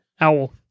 Owl